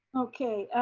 okay,